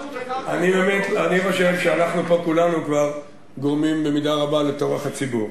אני באמת חושב שאנחנו פה כולנו כבר גורמים במידה רבה לטורח הציבור.